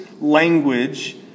language